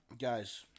guys